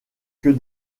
que